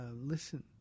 listen